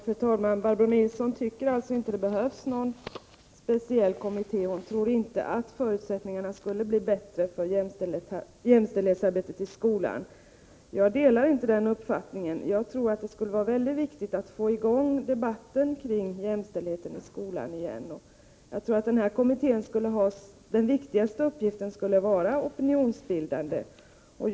Fru talman! Barbro Nilsson i Örnsköldsvik tycker alltså att det inte behövs någon speciell kommitté. Hon tror inte att förutsättningarna skulle bli bättre för jämställdhetsarbetet i skolan. Jag delar inte den uppfattningen. Jag tror att det skulle vara väldigt viktigt att få i gång en debatt igen om jämställdheten i skolan. Kommitténs viktigaste uppgift skulle vara opinionsbildande.